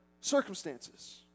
circumstances